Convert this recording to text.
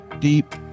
deep